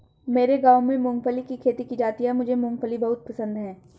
मेरे गांव में मूंगफली की खेती की जाती है मुझे मूंगफली बहुत पसंद है